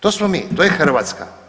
To smo mi, to je Hrvatska.